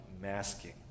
masking